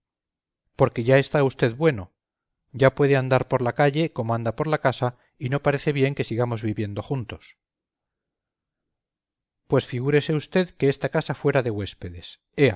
porque ya está usted bueno ya puede andar por la calle como anda por la casa y no parece bien que sigamos viviendo juntos pues figúrese usted que esta casa fuera de huéspedes